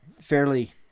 fairly